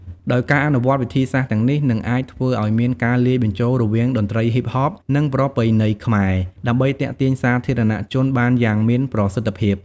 ដោយការអនុវត្តវិធីសាស្ត្រទាំងនេះ នឹងអាចធ្វើឲ្យមានការលាយបញ្ចូលរវាងតន្ត្រីហ៊ីបហប និងប្រពៃណីខ្មែរ ដើម្បីទាក់ទាញសាធារណជនបានយ៉ាងមានប្រសិទ្ធភាព។